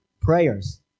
prayers